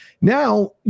Now